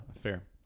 Fair